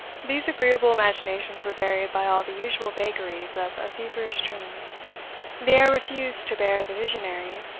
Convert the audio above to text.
these agreeable imaginations were varied by all the usual vagaries of a feverish dream the air refused to bear the visionary,